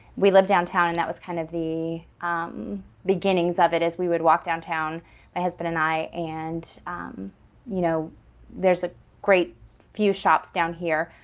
we lived downtown and that was kind of the beginnings of it as we would walk downtown my husband and i and you know there's a great few shops down here.